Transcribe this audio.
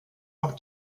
auch